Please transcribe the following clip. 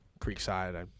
Creekside